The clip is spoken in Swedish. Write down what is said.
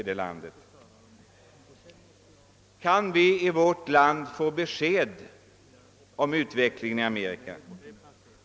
Kan vi i vårt land få besked om utvecklingen i Amerika?